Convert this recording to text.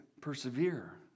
persevere